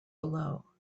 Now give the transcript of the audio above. below